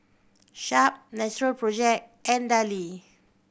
Sharp Natural Project and Darlie